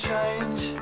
Change